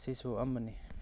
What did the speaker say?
ꯁꯤꯁꯨ ꯑꯃꯅꯤ